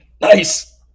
nice